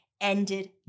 ended